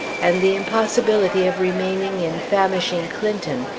and the impossibility of remaining in famishing clinton,